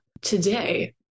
Today